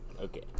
okay